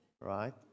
right